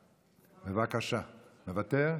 מוותר,